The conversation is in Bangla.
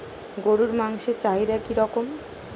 গরুর মাংসের চাহিদা কি রকম?